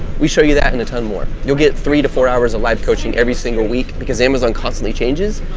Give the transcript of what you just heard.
we show you that and a ton more, you'll get three to four hours of live coaching every single week because amazon constantly changes.